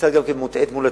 קצת מוטעית מול הציבור.